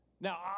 Now